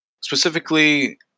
Specifically